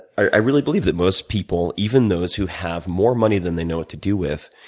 i really believe that most people, even those who have more money than they know what to do with,